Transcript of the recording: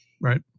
Right